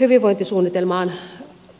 hyvinvointisuunnitelmaan